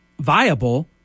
viable